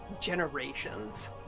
generations